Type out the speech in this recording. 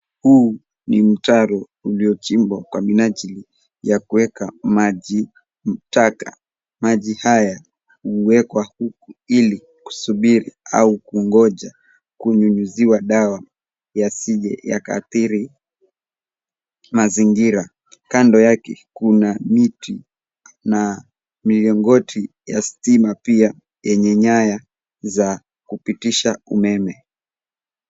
Huu ni mtaro uliochimbwa kwa minajili ya kuweka maji taka. Maji haya huwekwa huku ili kusubiri au kungoja kunyunyiziwa dawa yasije yakaadhiri mazingira .Kando yake kuna miti na milingoti ya stima pia yenye nyaya za kupitisha umeme.